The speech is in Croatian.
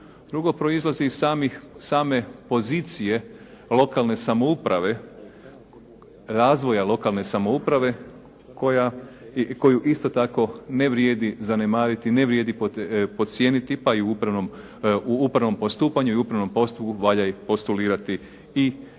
Drugo, proizlazi iz samih, same pozicije lokalne samouprave, razvoja lokalne samouprave koja i koju isto tako ne vrijedi zanemariti, ne vrijedi potcijeniti pa i u upravnom, u upravnom postupanju i upravnom postupku valja i postulirati i tijela